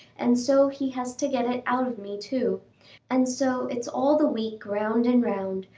and so he has to get it out of me, too and so it's all the week round and round,